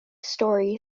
story